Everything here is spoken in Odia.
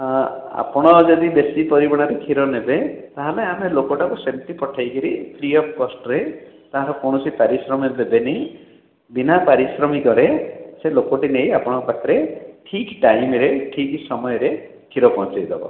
ହଁ ଆପଣ ଯଦି ବେଶୀ ପରିମାଣରେ କ୍ଷୀର ନେବେ ତାହାଲେ ଆମେ ଲୋକଟାକୁ ସେମିତି ପଠେଇକିରି ଫ୍ରି ଅଫ୍ କଷ୍ଟରେ ତାହାର କୌଣସି ପାରିଶ୍ରମିକ ଦେବେନି ବିନା ପାରିଶ୍ରମିକରେ ସେ ଲୋକଟି ନେଇ ଆପଣଙ୍କ ପାଖରେ ଠିକ୍ ଟାଇମରେ ଠିକ୍ ସମୟରେ କ୍ଷୀର ପହଞ୍ଚେଇ ଦେବ